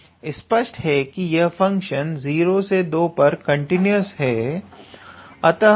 स्पष्ट है कि यह फंक्शन 02 पर कंटिन्यूस है